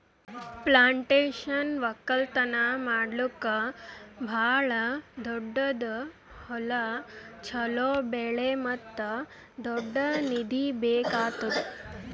plantation ಒಕ್ಕಲ್ತನ ಮಾಡ್ಲುಕ್ ಭಾಳ ದೊಡ್ಡುದ್ ಹೊಲ, ಚೋಲೋ ಬೆಳೆ ಮತ್ತ ದೊಡ್ಡ ನಿಧಿ ಬೇಕ್ ಆತ್ತುದ್